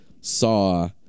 saw